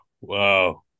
wow